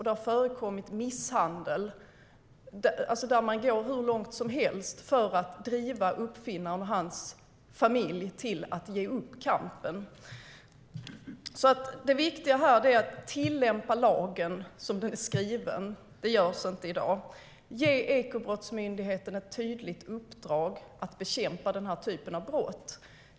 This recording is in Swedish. Det har förekommit misshandel, där man går hur långt som helst för att driva uppfinnaren och hans familj till att ge upp kampen. Det viktiga här är tillämpa lagen som den är skriven. Det görs inte i dag. Ge Ekobrottsmyndigheten ett tydligt uppdrag att bekämpa den här typen av brott!